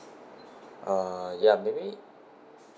uh ya maybe